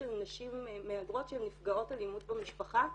נשים מהגרות שהן נפגעות אלימות במשפחה,